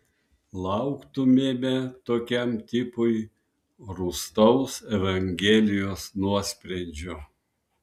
lauktumėme tokiam tipui rūstaus evangelijos nuosprendžio